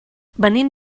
venim